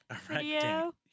video